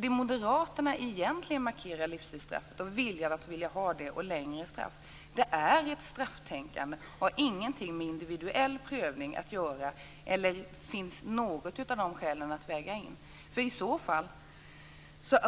Det moderaterna egentligen markerar med livstidsstraffet och med att vilja ha längre strafftider är ett strafftänkande. Det har ingenting med individuell prövning att göra - inget av skälen finns att väga in. I så fall